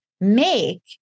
make